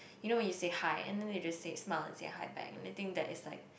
you know when you say hi and then they will just say smile and say hi back anything that is like